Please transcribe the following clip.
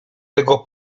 tego